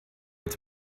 ets